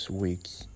week's